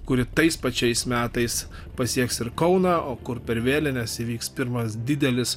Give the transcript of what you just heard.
kuri tais pačiais metais pasieks ir kauną o kur per vėlines įvyks pirmas didelis